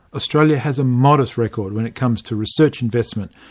australia has a modest record when it comes to research investment,